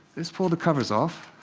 let's pull the covers off.